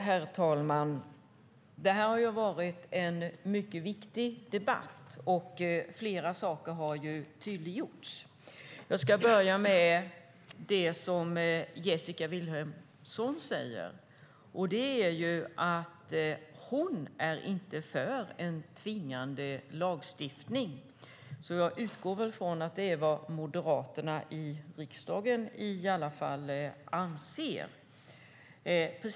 Herr talman! Det här har varit en mycket viktig debatt. Flera saker har tydliggjorts. Jag ska börja med att kommentera det som Jessika Vilhelmsson sade, att hon inte är för en tvingande lagstiftning. Jag utgår därför från att det är vad Moderaterna i riksdagen anser.